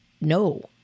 no